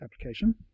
Application